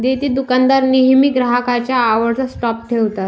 देतेदुकानदार नेहमी ग्राहकांच्या आवडत्या स्टॉप ठेवतात